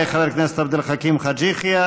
תודה לחבר הכנסת עבד אל חכים חאג' יחיא.